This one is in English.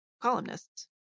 columnists